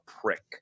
prick